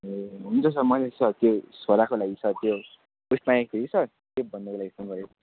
हुन्छ सर मैले त्यो छोराको लागि त्यो उस मागेको थिएँ कि सर त्यही भन्नको लागि फोन गरेको